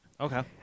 Okay